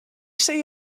say